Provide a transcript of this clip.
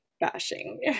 bashing